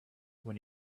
when